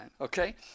Okay